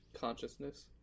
Consciousness